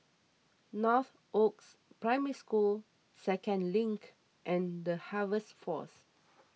Northoaks Primary School Second Link and the Harvest force